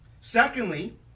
Secondly